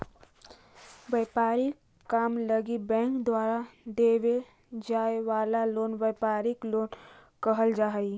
व्यापारिक काम लगी बैंक द्वारा देवे जाए वाला लोन व्यापारिक लोन कहलावऽ हइ